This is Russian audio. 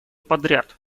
подряд